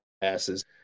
passes